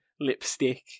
lipstick